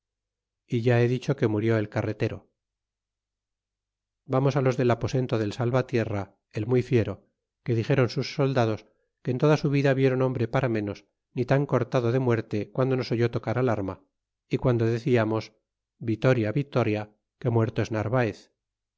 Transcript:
é ya he dicho que murió c'arretero vamos los del aposento del salvtierra el muy fiero que dixéron sus soldade que en toda su vida viéron hombre para menos ni tan cortado de muerte guando nos oyó tocar al arma y guando deciamos vitoria vitoria que muerto es narvaez